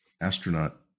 astronaut